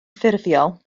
ffurfiol